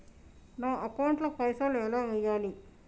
నా అకౌంట్ ల పైసల్ ఎలా వేయాలి?